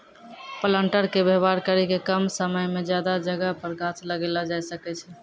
planter के वेवहार करी के कम समय मे ज्यादा जगह पर गाछ लगैलो जाय सकै छै